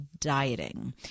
dieting